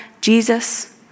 Jesus